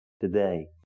today